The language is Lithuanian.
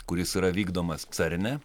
kuris yra vykdomas cerne